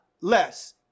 less